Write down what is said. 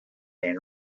and